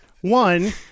one